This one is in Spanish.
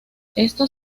esto